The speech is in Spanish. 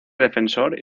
defensor